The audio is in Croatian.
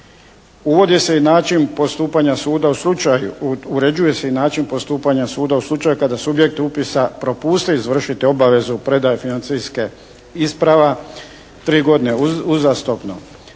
uređuje se i način postupanja suda u slučaju kada je subjekt upisa propustio izvršiti obavezu predaje financijskih isprava tri godine uzastopno.